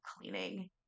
cleaning